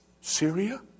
syria